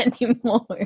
anymore